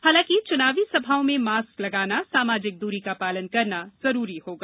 हालांकि चुनावी सभाओं में मास्क लगाना सामाजिक दूरी का पालन करना जरूरी होगा